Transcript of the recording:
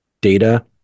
data